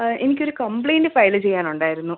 എനിക്കൊര് complaint file ചെയ്യാനുണ്ടായിരുന്നു